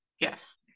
Yes